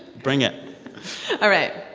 bring it all right